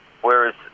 Whereas